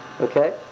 okay